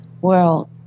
world